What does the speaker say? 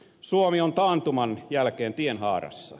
suomi on taantuman jälkeen tienhaarassa